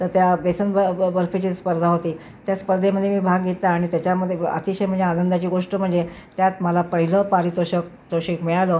तर त्या बेसन ब ब बर्फीची स्पर्धा होती त्या स्पर्धेमध्ये मी भाग घेतला आणि त्याच्यामध्ये अतिशय म्हणजे आनंदाची गोष्ट म्हणजे त्यात मला पहिलं पारितोषिक तोषिक मिळालं